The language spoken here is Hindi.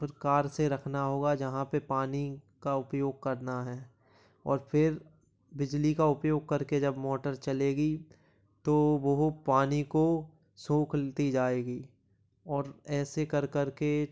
प्रकार से रखना होगा जहाँ पे पानी का उपयोग करना हैं और फिर बिजली का उपयोग करके जब मोटर चलेगी तो वह पानी को सोख ती जाएगी और ऐसे कर कर के